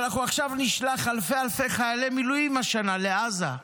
אבל אנחנו נשלח אלפי-אלפי חיילי מילואים השנה לעזה.